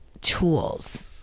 tools